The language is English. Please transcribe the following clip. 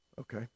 Okay